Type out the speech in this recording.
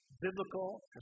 Biblical